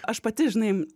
aš pati žinai